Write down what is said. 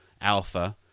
alpha